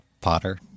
Potter